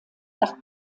nach